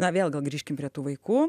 na vėl gal grįžkim prie tų vaikų